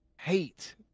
hate